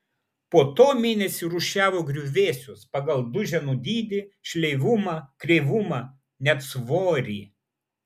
po to mėnesį rūšiavo griuvėsius pagal duženų dydį šleivumą kreivumą net svorį